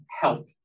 help